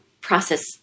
process